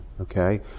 Okay